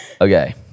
Okay